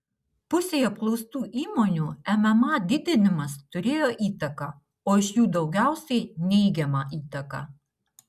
pusei apklaustų įmonių mma didinimas turėjo įtaką o iš jų daugiausiai neigiamą įtaką